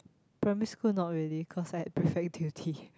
primary school not really cause I had prefect duty